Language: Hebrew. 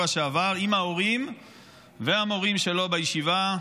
שעבר עם ההורים והמורים שלו בישיבה,